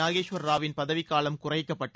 நாகேஷ்வர ராவின் பதவிக்காலம் குறைக்கப்பட்டு